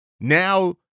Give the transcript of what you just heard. now